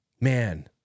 man